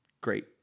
great